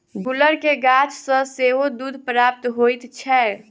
गुलर के गाछ सॅ सेहो दूध प्राप्त होइत छै